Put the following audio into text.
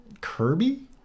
Kirby